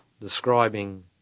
describing